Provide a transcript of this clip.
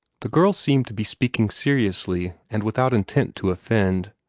the girl seemed to be speaking seriously, and without intent to offend.